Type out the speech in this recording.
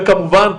וכמובן,